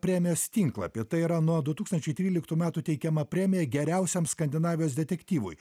premijos tinklapį tai yra nuo du tūkstančiai tryliktų metų teikiama premija geriausiam skandinavijos detektyvui